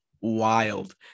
wild